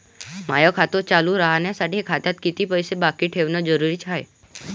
माय खातं चालू राहासाठी खात्यात कितीक पैसे बाकी ठेवणं जरुरीच हाय?